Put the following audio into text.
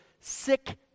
sick